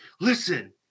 listen –